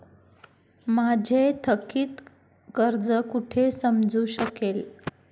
माझे थकीत कर्ज कुठे समजू शकेल?